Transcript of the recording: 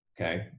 Okay